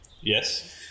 yes